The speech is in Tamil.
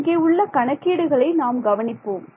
இங்கே உள்ள கணக்கீடுகளை நாம் கவனிப்போம்